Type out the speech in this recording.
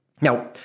Now